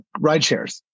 rideshares